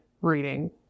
reading